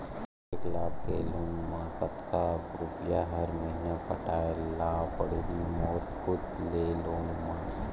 एक लाख के लोन मा कतका रुपिया हर महीना पटाय ला पढ़ही मोर खुद ले लोन मा?